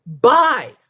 Buy